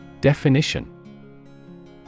Definition